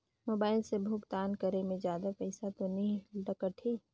Mobile से भुगतान करे मे जादा पईसा तो नि कटही?